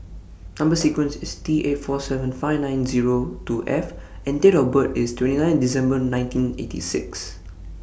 Number sequence IS T eight four seven five nine Zero two F and Date of birth IS twenty nine December nineteen eighty six